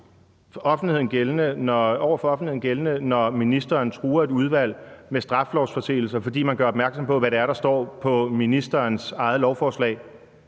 over for offentligheden, når ministeren truer et udvalg med straffelovsforseelser, fordi man gør opmærksom på, hvad det er, der står på ministerens eget lovforslag.